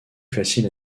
facile